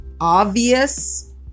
obvious